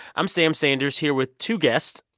i'm sam sanders here with two guests,